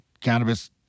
cannabis